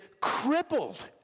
crippled